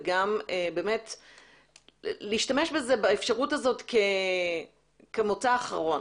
וגם להשתמש באפשרות הזאת כמוצא אחרון.